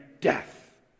death